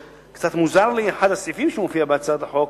קצת מוזר לי אחד הסעיפים שמופיעים בהצעת החוק.